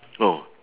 oh